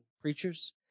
Preachers